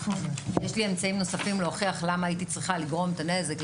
יש לי אמצעים נוספים להוכיח למה הייתי צריכה לגרום את הנזק,